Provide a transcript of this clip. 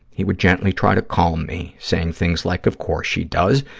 he would gently try to calm me, saying things like, of course she does,